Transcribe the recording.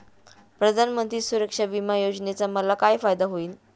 प्रधानमंत्री सुरक्षा विमा योजनेचा मला काय फायदा होईल?